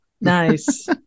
Nice